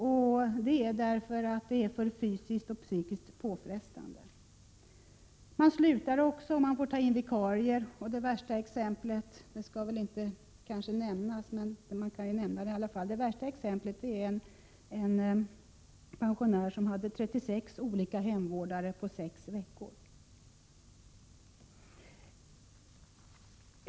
Anledningen är att arbetet är alltför påfrestande fysiskt och psykiskt. Folk slutar också. Man får ta in vikarier. Det värsta exemplet — som kanske inte borde nämnas — gäller en pensionär som hade 36 olika hemvårdare på sex veckor.